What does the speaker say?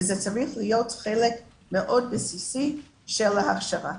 וזה צריך להיות חלק מאוד בסיסי של ההכשרה.